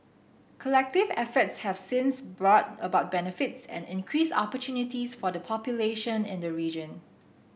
collective efforts have since brought about benefits and increased opportunities for the population in the region